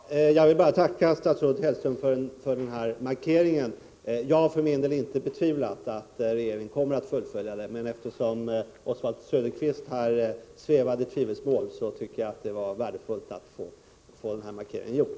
Fru talman! Jag vill bara tacka statsrådet Hellström för hans markering. Jag har för min del inte betvivlat att regeringen kommer att fullfölja saken, men eftersom Oswald Söderqvist svävade i tvivelsmål tycker jag att det var värdefullt att få den markeringen gjord.